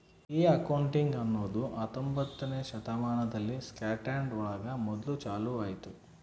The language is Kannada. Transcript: ಈ ಅಕೌಂಟಿಂಗ್ ಅನ್ನೋದು ಹತ್ತೊಂಬೊತ್ನೆ ಶತಮಾನದಲ್ಲಿ ಸ್ಕಾಟ್ಲ್ಯಾಂಡ್ ಒಳಗ ಮೊದ್ಲು ಚಾಲೂ ಆಯ್ತು